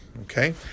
Okay